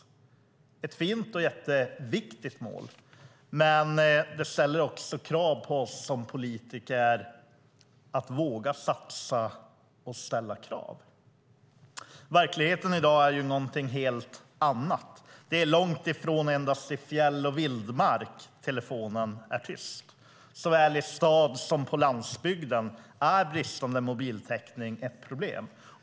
Det är ett fint och viktigt mål, men det förutsätter att vi politiker vågar satsa och ställa krav. Verkligheten i dag är en helt annan. Det är långt ifrån endast i fjäll och vildmark telefonen är tyst. Såväl i staden som på landsbygden är bristande mobiltäckning ett problem.